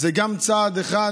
זה גם צעד אחד